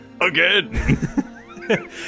again